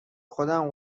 خودم